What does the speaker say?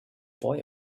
boy